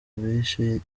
bishe